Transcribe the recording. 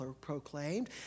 proclaimed